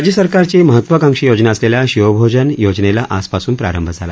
राज्य सरकारची महत्वाकांक्षी योजना असलेल्या शिवभोजन योजनेला आजपासून प्रारंभ झाला